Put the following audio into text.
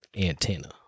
antenna